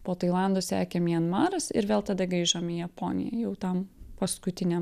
po tailando sekė mianmaras ir vėl tada grįžom į japoniją jau tam paskutiniam